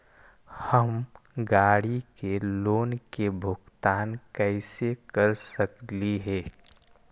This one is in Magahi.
हम गाड़ी के लोन के भुगतान कैसे कर सकली हे?